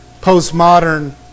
Postmodern